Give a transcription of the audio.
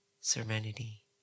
serenity